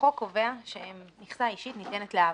החוק קובע שמכסה אישית ניתנת להעברה.